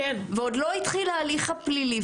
ועוד לא התחיל ההליך הפלילי,